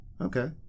okay